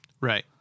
Right